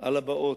על הבאות,